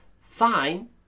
fine